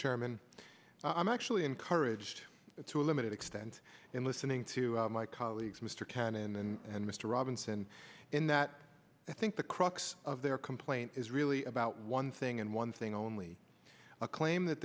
chairman i'm actually encouraged to a limited extent in listening to my colleagues mr cannon and mr robinson in that i think the crux of their complaint is really about one thing and one thing only a claim that